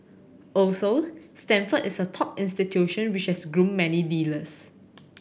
also Stanford is a top institution which has groomed many leaders